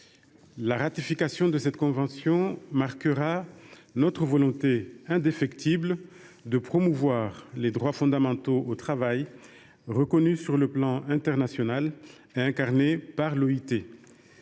La ratification de cette convention marquera notre volonté indéfectible de promouvoir les droits fondamentaux au travail, reconnus à l’échelon international et incarnés par l’OIT.